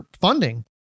funding